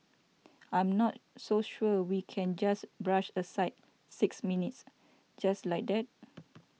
I'm not so sure we can just brush aside six minutes just like that